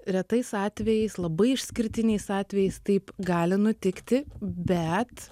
retais atvejais labai išskirtiniais atvejais taip gali nutikti bet